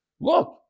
Look